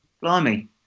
blimey